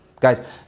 Guys